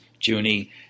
Junie